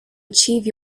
achieve